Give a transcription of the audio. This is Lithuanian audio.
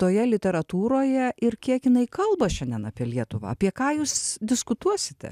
toje literatūroje ir kiek jinai kalba šiandien apie lietuvą apie ką jūs diskutuosite